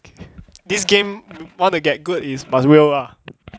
this game want to get good is must will ah